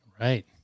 Right